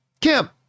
Kim